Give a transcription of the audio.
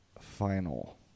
final